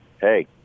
hey